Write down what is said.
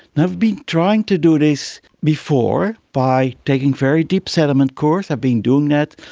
and i've been trying to do this before by taking very deep sediment cores, i've been doing that,